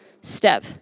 step